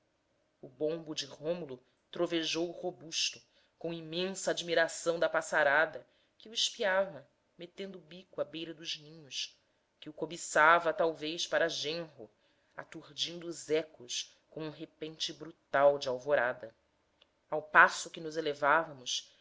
o bombo de rômulo trovejou robusto com imensa admiração da passarada que o espiava metendo o bico à beira dos ninhos que o cobiçava talvez para genro aturdindo os ecos com um repente brutal de alvorada ao passo que nos elevávamos